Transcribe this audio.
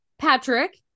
Patrick